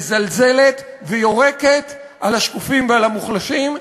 מזלזלת ויורקת על השקופים ועל המוחלשים,